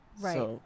Right